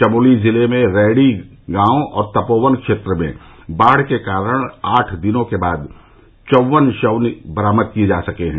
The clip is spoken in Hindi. चमोली जिले में रैणी गांव और तपोवन क्षेत्र में बाढ़ के कारण आठ दिनों के बाद चौवन शव बरामद किए जा सके हैं